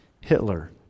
Hitler